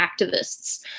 activists